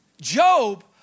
Job